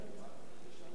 ואני מברך אותו על כך.